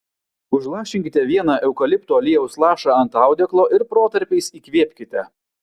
užlašinkite vieną eukalipto aliejaus lašą ant audeklo ir protarpiais įkvėpkite